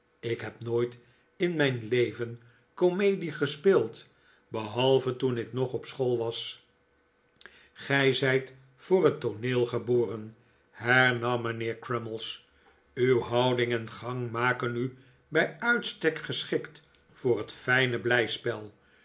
ik heb nooit in mijn leven comedie gespeeld behalve toen ik nog op school was gij zijt voor het tooneel geboren hernam mijnheer crummies uw houding en gang maken u bij uitstek geschikt voor het fijne